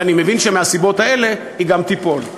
ואני מבין שמהסיבות האלה היא גם תיפול.